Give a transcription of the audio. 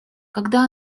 когда